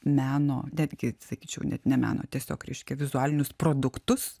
meno netgi sakyčiau net ne meno tiesiog reiškia vizualinius produktus